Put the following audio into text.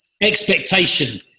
expectation